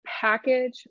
package